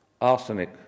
Arsenic